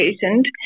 patient